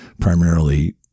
primarily –